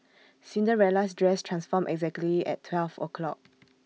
Cinderella's dress transformed exactly at twelve o'clock